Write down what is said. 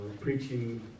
preaching